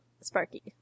Sparky